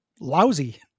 Lousy